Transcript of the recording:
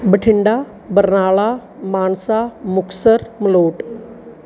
Bathinda Barnala Mansa Muktsar Malout